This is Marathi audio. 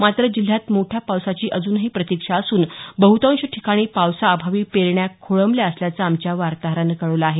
मात्र जिल्ह्यात मोठ्या पावसाची अजुनही प्रतिक्षा असून बहुतांश ठिकाणी पावसाअभावी पेरण्या खोळंबल्या असल्याचं आमच्या वार्ताहरानं कळवलं आहे